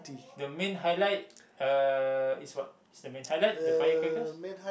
the main highlight uh is what is the main highlight the fire crackers